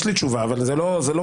יש לי תשובה, אבל זה לא הדיון.